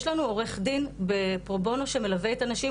יש לנו עורך דין בפרו-בונו שמלווה את הנשים,